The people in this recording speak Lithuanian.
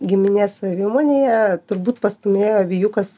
giminės savimonėje turbūt pastūmėjo vijūkas